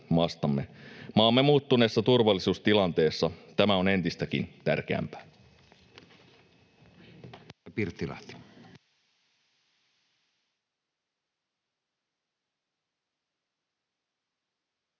Maamme muuttuneessa turvallisuustilanteessa tämä on entistäkin tärkeämpää.